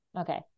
Okay